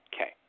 Okay